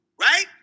Right